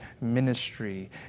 ministry